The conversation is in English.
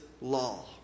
law